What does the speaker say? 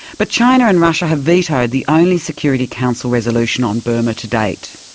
but china and russia have vetoed the only security council resolution on burma to date.